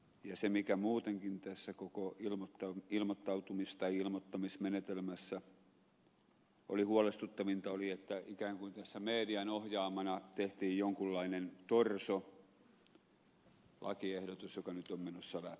se mikä muutenkin tässä koko ilmoittamismenetelmässä oli huolestuttavinta oli että ikään kuin tässä median ohjaamana tehtiin jonkunlainen torso lakiehdotus joka nyt on menossa läpi